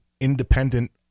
independent